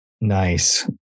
Nice